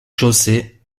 chaussée